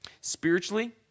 Spiritually